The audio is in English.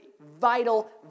vital